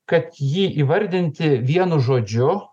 kad jį įvardinti vienu žodžiu